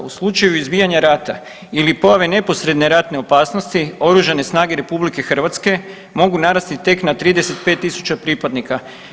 U slučaju izbijanja rata ili pojave neposredne ratne opasnosti Oružane snage RH mogu narasti tek na 35.000 pripadnika.